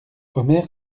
omer